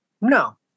no